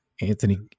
Anthony